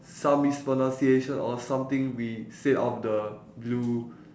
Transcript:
some mispronunciation or something we say out of the blue